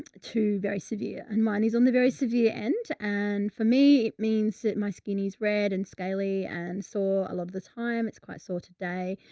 two, very severe and mine is on the very severe end. and for me, it means that my skin is red and scaly. and sore a lot of the time it's quite sort today,